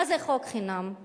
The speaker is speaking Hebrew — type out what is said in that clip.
מה זה חוק חינם?